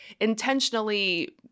intentionally